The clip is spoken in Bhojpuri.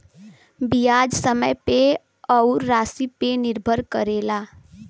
बियाज समय पे अउर रासी पे निर्भर करेला